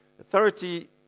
Authority